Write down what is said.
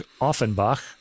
Offenbach